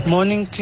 Morning